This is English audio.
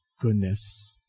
goodness